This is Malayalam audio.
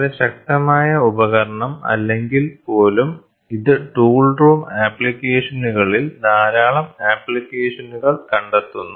വളരെ ശക്തമായ ഉപകരണം ആണെങ്കിൽ പോലും ഇത് ടൂൾ റൂം ആപ്ലിക്കേഷനുകളിൽ ധാരാളം ആപ്ലിക്കേഷനുകൾ കണ്ടെത്തുന്നു